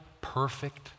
perfect